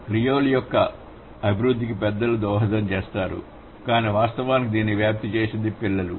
Creole యొక్క అభివృద్ధికి పెద్దలు దోహదం చేస్తారు కాని వాస్తవానికి దీనిని వ్యాప్తి చేసినది పిల్లలు